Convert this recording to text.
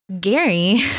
Gary